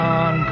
on